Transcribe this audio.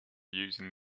using